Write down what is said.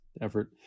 effort